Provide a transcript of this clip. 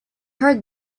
heard